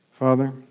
Father